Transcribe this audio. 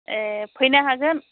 ए फैनो हागोन